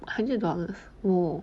hundred dollars !whoa!